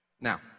Now